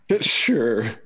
Sure